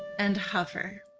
and hover.